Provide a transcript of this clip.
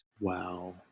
Wow